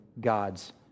God's